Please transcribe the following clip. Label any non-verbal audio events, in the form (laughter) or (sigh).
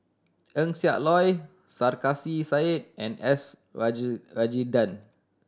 Eng Siak Loy Sarkasi Said and S (unintelligible) Rajendran